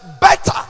better